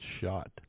shot